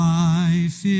life